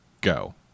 go